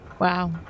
Wow